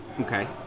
okay